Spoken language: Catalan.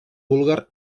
búlgar